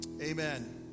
amen